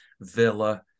Villa